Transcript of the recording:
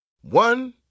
One